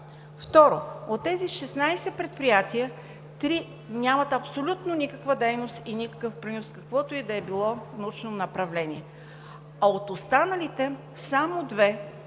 Второ, от тези 16 предприятия три нямат абсолютно никаква дейност и никакъв принос в каквото и да било научно направление, а от останалите само две – това